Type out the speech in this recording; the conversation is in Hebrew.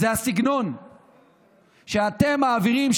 זה הסגנון שאתם מעבירים,